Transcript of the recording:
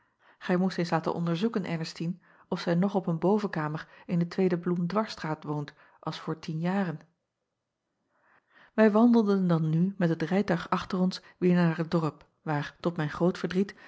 gij moest eens laten onderzoeken rnestine of zij nog op een bovenkamer in de tweede loemdwarsstraat woont als voor tien jaren ij wandelden dan nu met het rijtuig achter ons weêr naar het dorp waar tot mijn groot verdriet